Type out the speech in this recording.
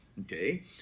Okay